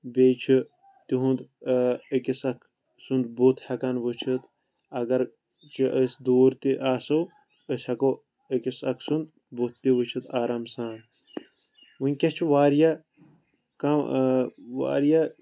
بیٚیہِ چھِ تِہُنٛد أکِس اکھ سُنٛد بُتھ ہٮ۪کان وُچھِتھ اَگرچہِ أسۍ دوٗر تہِ آسو أسۍ ہٮ۪کو أکِس اکھ سُنٛد بُتھ تہِ وُچھِتھ آرام سان ونٛکیٚس چھِ واریاہ کم واریاہ